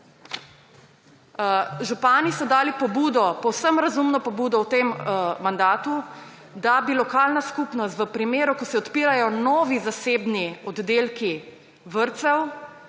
Župani so dali pobudo, povsem razumno pobudo v tem mandatu, da bi lokalna skupnost v primeru, ko se odpirajo novi zasebni oddelki vrtcev,